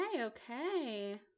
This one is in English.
okay